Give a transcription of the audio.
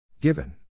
given